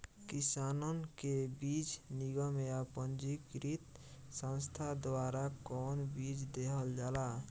किसानन के बीज निगम या पंजीकृत संस्था द्वारा कवन बीज देहल जाला?